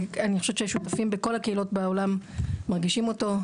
אני חושבת ששותפים בכל הקהילות בעולם מרגישים אותו.